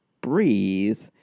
breathe